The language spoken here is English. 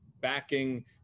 backing